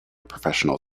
professional